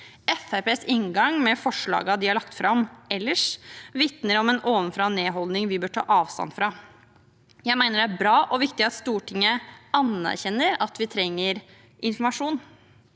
inngang med forslagene de har lagt fram ellers, vitner om en ovenfra-og-ned-holdning vi bør ta avstand fra. Jeg mener det er bra og viktig at Stortinget anerkjenner at vi trenger informasjon.